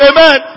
Amen